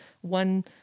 one